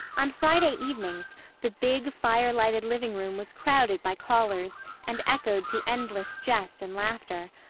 on friday evenings the big, fire-lighted livingroom was crowded by callers and echoed to endless jest and laughter,